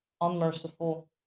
Unmerciful